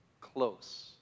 close